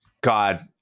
God